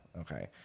Okay